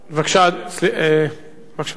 בבקשה, אדוני.